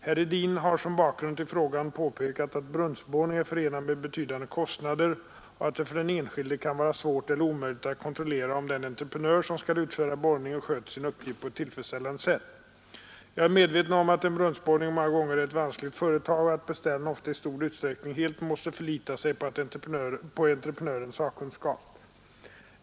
Herr Hedin har som bakgrund till frågan påpekat att brunnsborrning är förenad med betydande kostnader och att det för den enskilde kan vara svårt eller omöjligt att kontrollera om den entreprenör som skall utföra borrningen sköter sin uppgift på ett tillfredsställande sätt. Jag är medveten om att en brunnsborrning många gånger är ett vanskligt företag och att beställaren ofta i stor utsträckning helt måste förlita sig på entreprenörens sakkunskap.